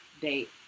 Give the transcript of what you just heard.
date